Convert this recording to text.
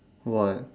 what